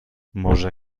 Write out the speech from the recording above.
może